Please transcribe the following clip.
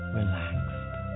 relaxed